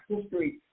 history